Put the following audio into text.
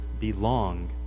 belong